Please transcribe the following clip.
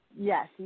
yes